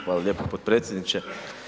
Hvala lijepo potpredsjedniče.